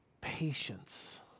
Patience